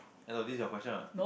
hello this is your question what